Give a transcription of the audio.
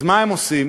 אז מה הם עושים?